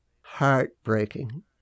heartbreaking